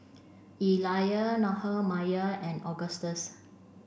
Elia Nehemiah and Augustus